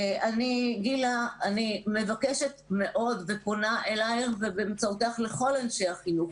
גילה אני מבקש מאוד ופונה אליך ובאמצעותך לכל אנשי החינוך: